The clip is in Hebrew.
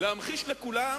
להמחיש לכולם